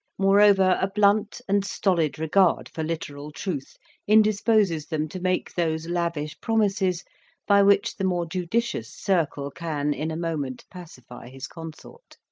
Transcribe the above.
moreover a blunt and stolid regard for literal truth indisposes them to make those lavish promises by which the more judicious circle can in a moment pacify his consort.